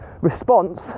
response